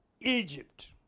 Egypt